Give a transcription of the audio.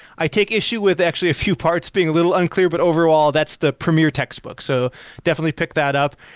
i take issue with actually a few parts being a little unclear. but overall, that's the premier textbook. so definitely pick that up.